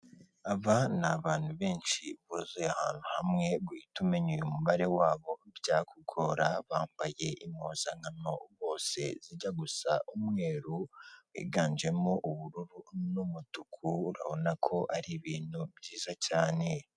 Aba ni abantu benshi buzuye ahantu hamwe, guhita umenya uyu mubare wabo byakugora, bambaye impuzankano bose zijya gusa umweru wiganjemo ubururu n'umutuku, urabona ko ari ibintu byiza cyane.